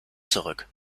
zurück